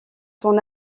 son